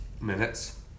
minutes